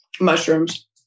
mushrooms